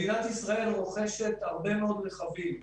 מדינת ישראל רוכשת הרבה מאוד רכבים.